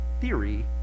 theory